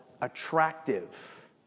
attractive